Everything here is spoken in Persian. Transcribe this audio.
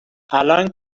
الان